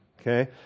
okay